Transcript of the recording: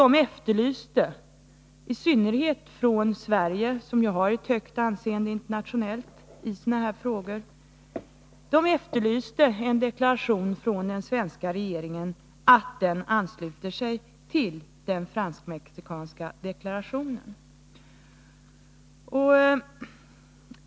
De efterlyste — i synnerhet från Sverige, som ju har ett högt anseende internationellt i sådana här frågor — en deklaration från den svenska regeringen att den ansluter sig till den fransk-mexikanska deklarationen.